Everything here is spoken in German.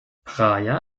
praia